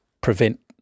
prevent